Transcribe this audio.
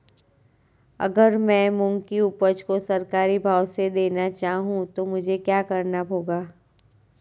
अगर मैं मूंग की उपज को सरकारी भाव से देना चाहूँ तो मुझे क्या करना होगा?